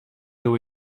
where